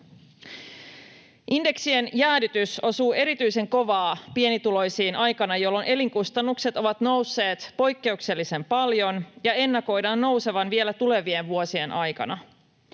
Indeksien jäädytys osuu erityisen kovaa pienituloisiin aikana, jolloin elinkustannukset ovat nousseet poikkeuksellisen paljon ja niiden ennakoidaan nousevan vielä tulevien vuosien aikana.